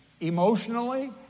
emotionally